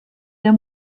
der